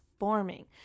forming